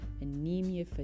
anemia